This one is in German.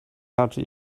hatte